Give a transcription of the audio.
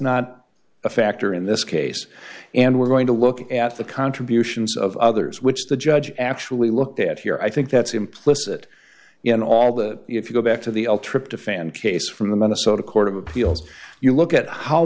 not a factor in this case and we're going to look at the contributions of others which the judge actually looked at here i think that's implicit in all that if you go back to the all trip to fan case from the minnesota court of appeals you look at how